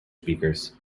speakers